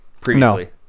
previously